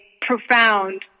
profound